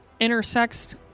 Intersexed